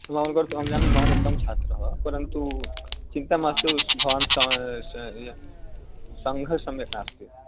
भवान् करोतु अहं जानामि भवान् उत्तमः छात्रः परन्तु चिन्ता मास्तु भवतः सङ्घः सम्यक् नास्ति